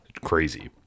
Crazy